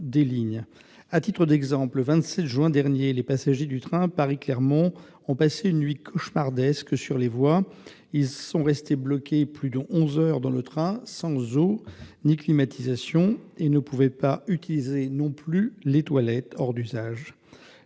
À titre d'exemple, le 27 juin dernier, les passagers du train Paris-Clermont-Ferrand ont passé une nuit cauchemardesque sur les voies : ils sont restés bloqués durant plus de onze heures dans le train sans eau ni climatisation et ne pouvaient utiliser les toilettes, qui étaient hors d'usage.